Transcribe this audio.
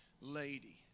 lady